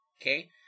Okay